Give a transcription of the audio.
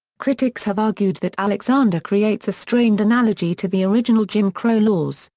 critics have argued that alexander creates a strained analogy to the original jim crow laws,